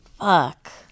Fuck